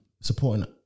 supporting